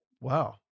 Wow